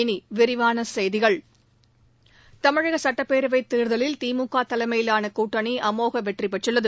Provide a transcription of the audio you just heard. இனி விரிவான செய்திகள் தமிழக சட்டப்பேரவைத் தேர்தலில் திமுக தலைமையிலான கூட்டனி அமோக வெற்றி பெற்றுள்ளது